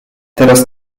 teraz